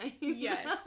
Yes